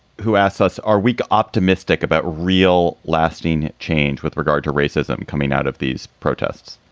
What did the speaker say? who asks us, are week optimistic about real lasting change with regard to racism coming out of these protests?